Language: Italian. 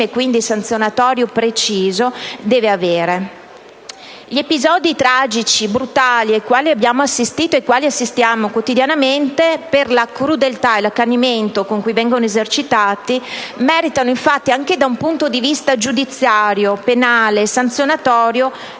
regime sanzionatorio deve avere. Gli episodi tragici, brutali ai quali abbiamo assistito e assistiamo quotidianamente per la crudeltà e l'accanimento con cui vengono esercitati meritano di fatto, anche da un punto di vista giudiziario, penale e sanzionatorio,